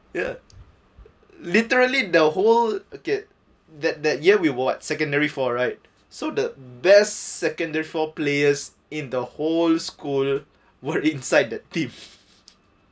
ya literally the whole okay that that year we were what secondary four right so the best secondary four players in the whole school were inside the team